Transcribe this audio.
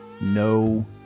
no